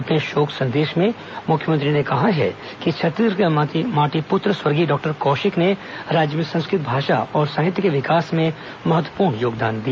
अपने शोक संदेश में मुख्यमंत्री ने कहा है कि छत्तीसगढ़ के माटी पुत्र स्वर्गीय डॉक्टर कौशिक ने राज्य में संस्कृत भाषा और साहित्य के विकास में महत्वपूर्ण योगदान दिया